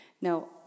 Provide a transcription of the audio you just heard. Now